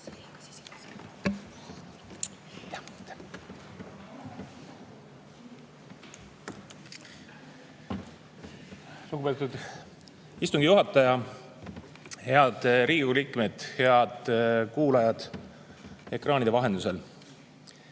Lugupeetud istungi juhataja! Head Riigikogu liikmed! Head kuulajad ekraanide vahendusel!